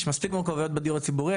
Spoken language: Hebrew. יש מספיק מורכבויות בדיור הציבורי,